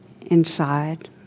inside